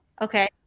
Okay